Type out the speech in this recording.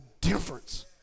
difference